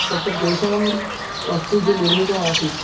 तत्र तेषां मस्जिद् निर्मितमासीत्